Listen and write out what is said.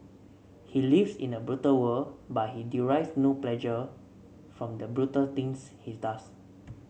he lives in a brutal world but he derives no pleasure from the brutal things he does